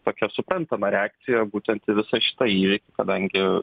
tokia suprantama reakcija būtent į visą šitą įvykį kadangi